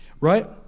right